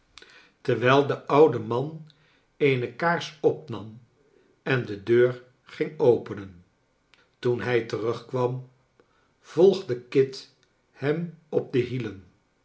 terwijl de oude man eene kaars opnam en de deur ging openen toen hij terugkwam volgde kit hem op de hielen